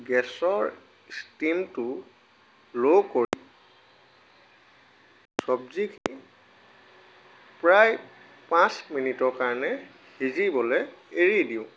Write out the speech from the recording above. গেছৰ ষ্টিমটো ল' কৰি চবজিখিনি প্ৰায় পাঁচ মিনিটৰ কাৰণে সিজিবলৈ এৰি দিওঁ